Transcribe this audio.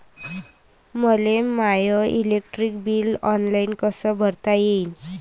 मले my electric bill online कस भरता येईन?